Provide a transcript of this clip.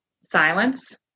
silence